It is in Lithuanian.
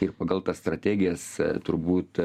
ir pagal tas strategijas turbūt